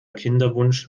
kinderwunsch